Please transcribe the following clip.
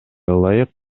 ылайык